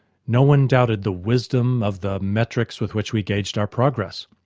no one doubted the wisdom of the metrics with which we gauged our progress.